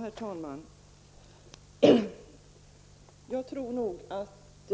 Herr talman! Jag tror nog att